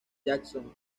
jackson